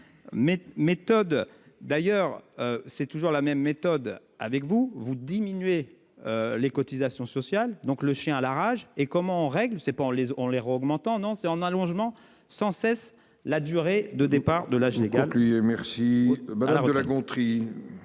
d'ailleurs, c'est toujours la même méthode avec vous vous diminuer. Les cotisations sociales, donc le chien à la rage et comment on règle c'est pas on les on les rois augmentant non c'est un allongement sans cesse la durée de départ de la âge légal. Puis, merci Bernard de La Gontrie,